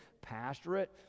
pastorate